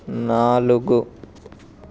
నాలుగు